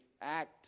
act